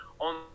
on